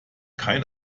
kein